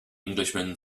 englishman